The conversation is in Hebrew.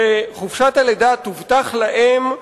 שחופשת הלידה תובטח לאם,